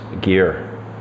gear